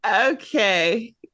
okay